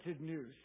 news